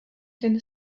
ten